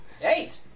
Eight